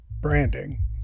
Branding